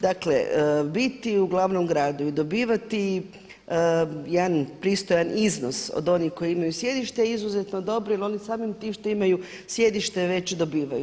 Dakle, biti u glavnom gradu i dobivati jedan pristojan iznos od onih koji imaju sjedište je izuzetno dobro jer oni samim tim što imaju sjedište već dobivaju.